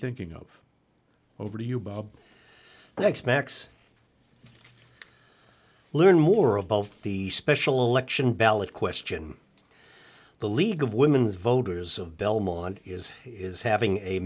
thinking of over to you bob thanks max learn more about the special election ballot question the league of women voters of belmont is is having a